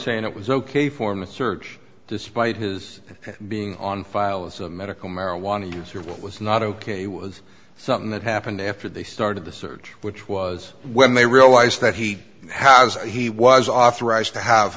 saying it was ok for him the search despite his being on file as a medical marijuana user but was not ok with something that happened after they started the search which was when they realized that he has he was authorized to have